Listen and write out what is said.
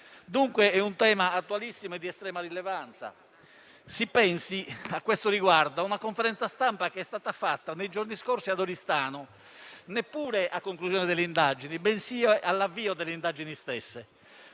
dunque di un tema attualissimo e di estrema rilevanza. Si pensi, a questo riguardo, a una conferenza stampa che è stata fatta nei giorni scorsi ad Oristano, neppure a conclusione delle indagini, bensì all'avvio delle stesse,